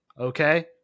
Okay